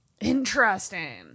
Interesting